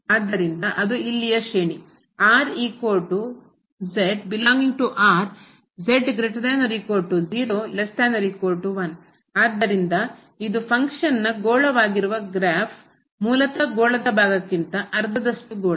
ಆದ್ದರಿಂದ ಅದು ಶ್ರೇಣಿ R ಆದ್ದರಿಂದ ಇದು ಫಂಕ್ಷನ್ ನ ಕಾರ್ಯದ ಗೋಳ ವಾಗಿರುವ ಗ್ರಾಫ್ ಮೂಲತಃ ಗೋಳದ ಭಾಗಕ್ಕಿಂತ ಅರ್ಧದಷ್ಟು ಗೋಳ